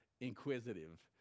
inquisitive